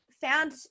found